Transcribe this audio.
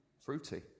fruity